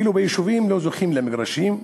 כלומר, ביישובים לא זוכים למגרשים,